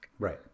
Right